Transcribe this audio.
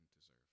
deserve